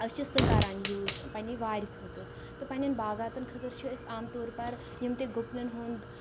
أسۍ چھِ سُہ کَران یوٗز پننہِ وارِ خٲطرٕ تہٕ پَننین باغاتن خٲطرٕ چھِ أسۍ عام طور پَر یِم تہِ گُپنن ہُند